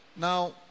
Now